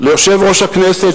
ליושב-ראש הכנסת,